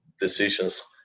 decisions